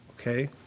Okay